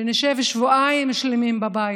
שנשב שבועיים שלמים בבית,